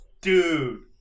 Dude